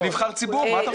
כנבחר ציבור, מה אתה רוצה?